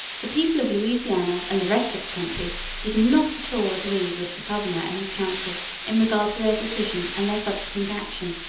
the people of louisiana and the rest of the country did not at all agree with the governor and his council in regard to their decision and their subsequent action,